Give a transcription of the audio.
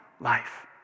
life